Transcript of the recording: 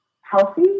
healthy